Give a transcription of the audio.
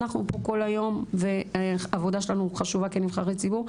אנחנו פה כל היום והעבודה שלנו חשובה כנבחרי ציבור,